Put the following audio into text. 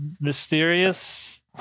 mysterious